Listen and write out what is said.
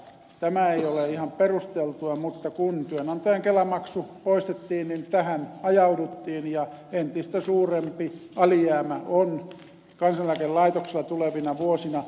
tämä ei ole ihan perusteltua mutta kun työnantajan kelamaksu poistettiin niin tähän ajauduttiin ja entistä suurempi alijäämä on kansaneläkelaitoksella tulevina vuosina